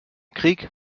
krieg